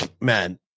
man